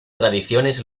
tradiciones